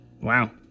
Wow